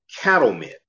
cattlemen